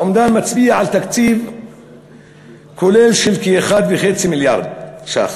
האומדן מצביע על תקציב כולל של 1.5 מיליארד ש"ח.